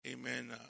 Amen